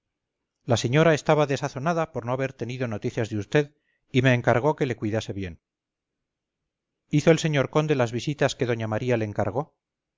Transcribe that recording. la señora estaba desazonada por no haber tenido noticias de vd y me encargó que le cuidase bien hizo el señor conde las visitas que doña maría le encargó